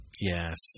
Yes